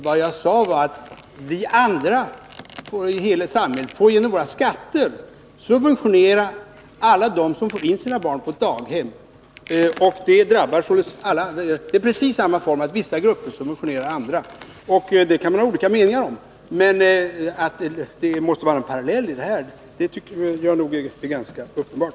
Vad jag sade var att vi andra — hela samhället — får genom våra skatter subventionera alla dem som får in sina barn på daghem. Det drabbar således alla; det har precis samma form, nämligen att vissa grupper subventionerar andra. Det berättigade i detta kan man ha olika meningar om, men att det måste finnas en parallellitet i det här tycker jag är ganska uppenbart.